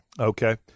Okay